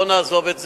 בוא נעזוב את זה.